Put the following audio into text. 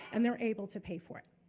and they're able to pay for it.